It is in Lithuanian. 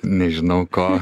nežinau ko